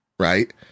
Right